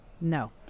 No